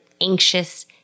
anxious